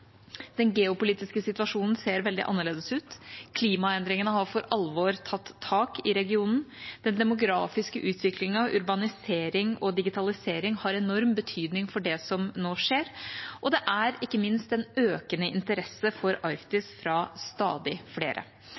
Den geopolitiske situasjonen ser veldig annerledes ut. Klimaendringene har for alvor tatt tak i regionen. Den demografiske utviklingen, urbanisering og digitalisering har enorm betydning for det som nå skjer. Og det er ikke minst en økende interesse for Arktis fra stadig flere.